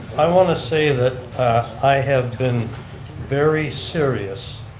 i want to say that i have been very serious